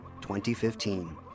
2015